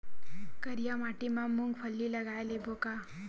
करिया माटी मा मूंग फल्ली लगय लेबों का?